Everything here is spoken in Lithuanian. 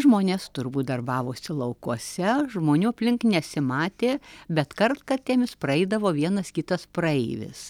žmonės turbūt darbavosi laukuose žmonių aplink nesimatė bet kartkartėmis praeidavo vienas kitas praeivis